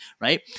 right